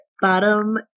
bottom